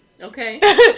Okay